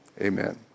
Amen